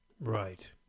Right